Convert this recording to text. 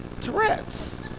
Tourette's